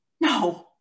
No